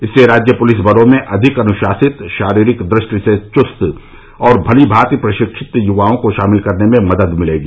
इससे राज्य पुलिस बलों में अधिक अनुशासित शारीरिक दृष्टि से चुस्त और भलीमांति प्रशिक्षित युवाओं को शामिल करने में मदद मिलेगी